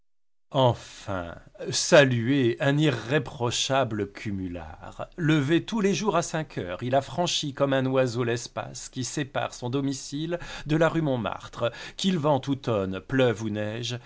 enfin saluez un irréprochable cumulard levé tous les jours à cinq heures il a franchi comme un oiseau l'espace qui sépare son domicile de la rue montmartre qu'il vente ou